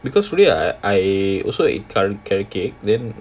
because really i~ I also eat carro~ carrot cake then